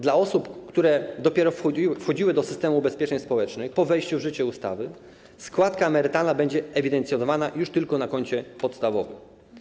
Dla osób, które dopiero wchodziły do systemu ubezpieczeń społecznych, po wejściu w życie ustawy, składka emerytalna będzie ewidencjonowana już tylko na koncie podstawowym.